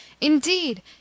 Indeed